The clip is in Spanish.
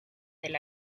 del